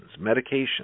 medications